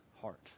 heart